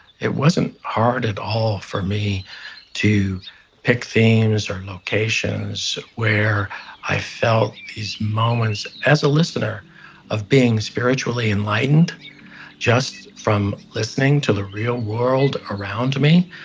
it wasn't hard at all for me to pick themes or locations where i felt these moments as a listener of being spiritually enlightened just from listening to the real world around me.